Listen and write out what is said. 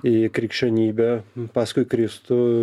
į krikščionybę paskui kristų